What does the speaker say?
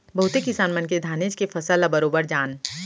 बहुते किसान मन के धानेच के फसल ल बरोबर जान